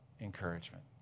encouragement